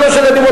עם שלושה ילדים,